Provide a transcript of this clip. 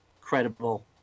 credible